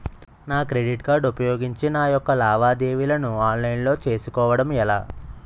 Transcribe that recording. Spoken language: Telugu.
నా క్రెడిట్ కార్డ్ ఉపయోగించి నా యెక్క లావాదేవీలను ఆన్లైన్ లో చేసుకోవడం ఎలా?